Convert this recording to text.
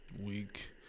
week